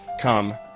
come